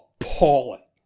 appalling